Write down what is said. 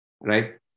right